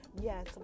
Yes